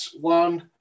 One